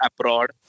abroad